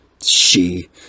She